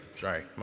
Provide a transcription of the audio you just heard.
sorry